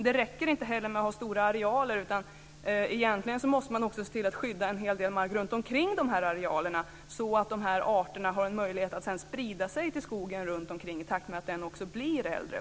Det räcker inte heller med att ha stora arealer, utan man måste egentligen se till att skydda en del mark runtomkring de här arealerna så att arterna får möjlighet att sprida sig till skogen runtomkring i takt med att den blir äldre.